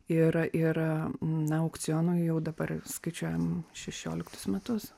ir ir na aukcionų jau dabar skaičiuojam šešioliktus metus